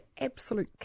absolute